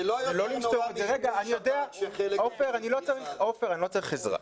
נורא --- עופר, אני לא צריך עזרה.